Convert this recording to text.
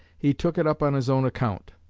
he took it up on his own account.